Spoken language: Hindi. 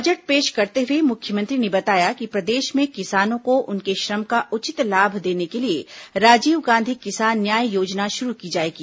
बजट पेष करते हुए मुख्यमंत्री ने बताया कि प्रदेष में किसानों को उनके श्रम का उचित लाभ देने के लिये राजीव गांधी किसान न्याय योजना शुरू की जाएगी